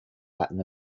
latin